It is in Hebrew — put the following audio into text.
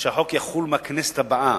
שהחוק יחול מהכנסת הבאה.